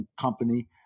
company